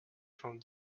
from